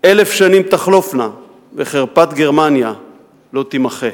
"אלף שנים תחלופנה, וחרפת גרמניה לא תימחה".